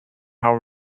how